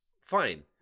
Fine